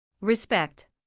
Respect